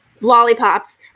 lollipops